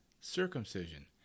circumcision